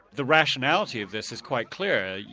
the rationality of this is quite clear,